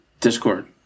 Discord